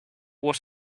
was